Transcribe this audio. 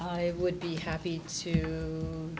i would be happy to